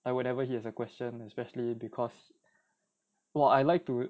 like whenever he has a question especially because well I'd like to